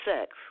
sex